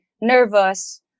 nervous